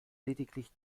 lediglich